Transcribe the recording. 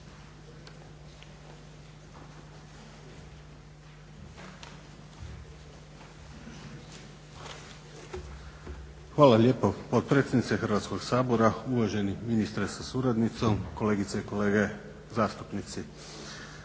Hvala lijepo potpredsjednice Hrvatskog sabora, uvaženi ministre sa suradnicom, kolegice i kolege zastupnici.